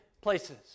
places